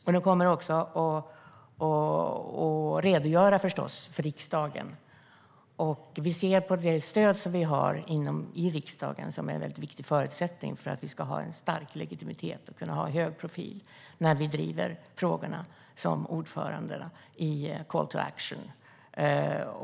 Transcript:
Vi kommer förstås att redogöra för riksdagen vad som sker. Vi ser det stöd vi har i riksdagen som en viktig förutsättning för att vi ska ha stark legitimitet och kunna hålla en hög profil när vi driver frågorna som ordförande i Call to Action.